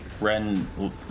Ren